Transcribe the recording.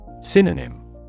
Synonym